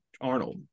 Arnold